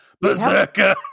Berserker